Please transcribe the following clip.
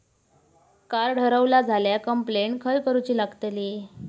Card हरवला झाल्या complaint खय करूची लागतली?